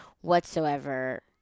whatsoever